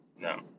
No